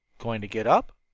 going to get up?